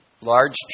large